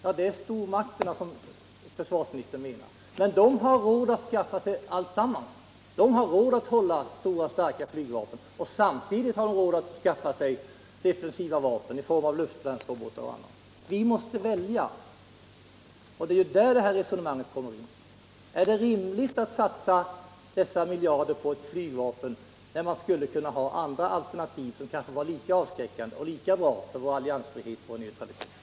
Ja, det är stormakterna som försvarsministern syftar på, men de har råd att skaffa sig alltsammans. De har råd att hålla stora, starka flygvapen och samtidigt skaffa defensiva vapen i form av luftvärnsrobotar osv. Vi måste välja, och det är där mitt resonemang kommer in: Är det rimligt att satsa dessa miljarder på ett flygvapen, när andra alternativ skulle kunna vara lika avskräckande och lika bra för vår alliansfrihet och vår neutralitet?